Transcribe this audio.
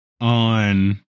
on